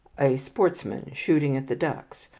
a sportsman shooting at the ducks,